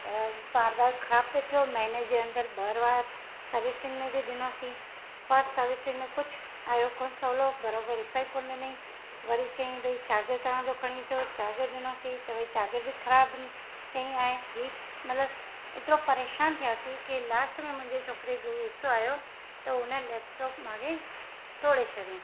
त बारि बारि खराबु पियो थियो महीने जे अंदरि बारि बारि सर्विसिंग में बि ॾिनोसी पर सर्विसिंग में कुझु आयो कोन्ह सवलो बराबरि रिपेयर कोन्ह ॾिनई वरी चई भाई चार्जर तव्हांजो खणी अचो चार्जर ॾिनोसी त चार्जर बि खराबु निकितो चई ऐं ही मतिलबु एतिरो परेशानु थिआसी की लास्ट में मुंहिंजे छोकिरे गुसो आयो त उन लैपटॉप मांगे तोड़े छॾ ई